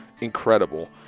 incredible